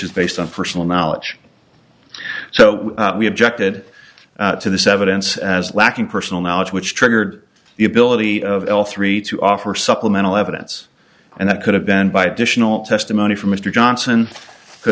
is based on personal knowledge so we objected to the sevenths as lacking personal knowledge which triggered the ability of l three to offer supplemental evidence and that could have been by additional testimony from mr johnson could